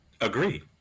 Agree